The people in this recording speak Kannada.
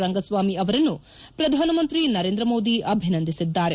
ರಂಗಸ್ವಾಮಿ ಅವರನ್ನು ಪ್ರಧಾನಮಂತ್ರಿ ನರೇಂದ್ರ ಮೋದಿ ಅಭಿನಂದಿಸಿದ್ದಾರೆ